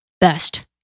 Best